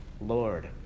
Lord